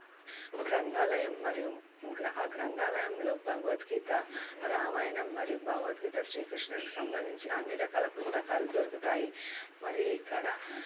గ్రంథాలయం మరియు ఆ గ్రంథాలయంలో భగవద్గీత రామాయణం మరియు భగవద్గీత శ్రీకృష్ణుడికి సంబంధించిన అన్ని రకాల పుస్తకాలు దొరుకుతాయి మరియు ఇక్కడ